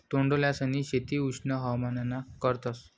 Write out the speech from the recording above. तोंडल्यांसनी शेती उष्ण हवामानमा करतस